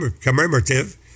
commemorative